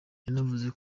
yanavuze